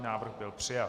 Návrh byl přijat.